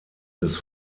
des